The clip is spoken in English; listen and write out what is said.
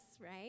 right